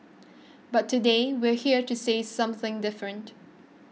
but today we're here to say something different